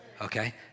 okay